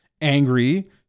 angry